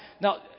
Now